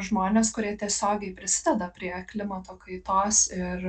žmonės kurie tiesiogiai prisideda prie klimato kaitos ir